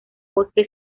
bosque